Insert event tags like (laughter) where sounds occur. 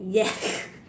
yes (breath)